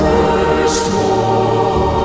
Firstborn